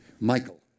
Michael